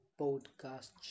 podcast